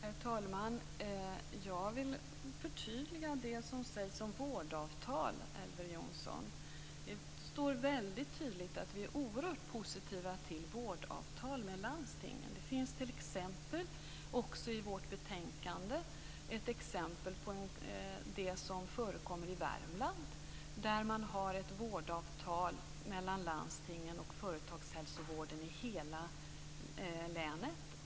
Herr talman! Jag vill förtydliga det som sägs om vårdavtal, Elver Jonsson. Det står väldigt tydligt att vi är oerhört positiva till vårdavtal med landstingen. I vårt betänkande finns också ett exempel på det som förekommer i Värmland. Där har man ett vårdavtal mellan landstingen och företagshälsovården i hela länet.